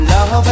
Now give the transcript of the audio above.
Love